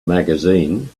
magazine